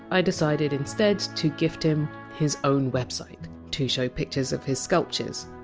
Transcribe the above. i decided instead to gift him his own website, to show pictures of his sculptures.